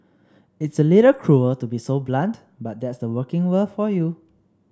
it's a little cruel to be so blunt but that's the working world for you